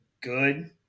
good